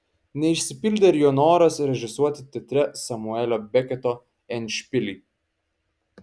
neišsipildė ir jo noras režisuoti teatre samuelio beketo endšpilį